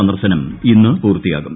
സന്ദർശനം ഇന്ന് പൂർത്തിയാകും